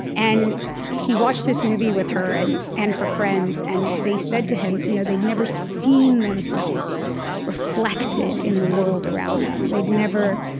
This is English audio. and he watched this movie with her and and her friends, and they said to him, you know they'd never seen themselves reflected in the world around them. they'd never